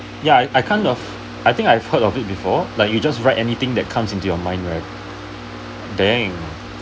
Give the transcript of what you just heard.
ya I kind of I think I heard of it before like you just write anything that comes into your mind right dank